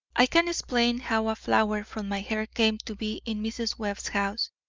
i can explain how a flower from my hair came to be in mrs. webb's house,